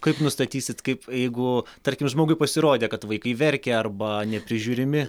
kaip nustatysite kaip jeigu tarkim žmogui pasirodė kad vaikai verkia arba neprižiūrimi